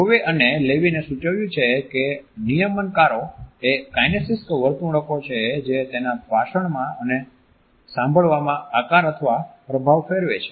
રોવે અને લેવિને સૂચવ્યું છે કે નિયમનકારો એ કાઈનેસીક્સ વર્તણૂકો છે જે તેના ભાષણમાં અને સાંભળવામાં આકાર અથવા પ્રભાવ ફેરવે છે